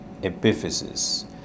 epiphysis